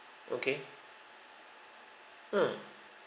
okay mm